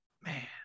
Man